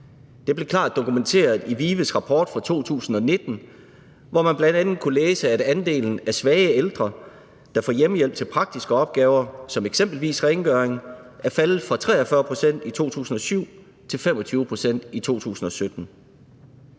Det blev klart dokumenteret i VIVE's rapport fra 2019, hvor man bl.a. kunne læse, at andelen af svage ældre, der får hjemmehjælp til praktiske opgaver som eksempelvis rengøring, er faldet fra 43 pct. i 2007 til 25 pct. i 2017.